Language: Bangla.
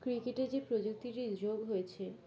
ক্রিকেটে যে প্রযুক্তি যোগ হয়েছে